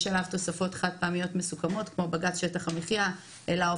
יש עליו תוספות חד פעמיות מסוכמות,